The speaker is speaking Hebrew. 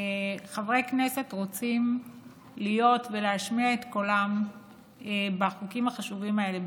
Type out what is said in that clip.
חברי כנסת רוצים להיות ולהשמיע את קולם בחוקים החשובים האלה,